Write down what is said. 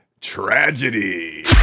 Tragedy